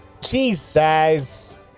Jesus